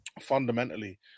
fundamentally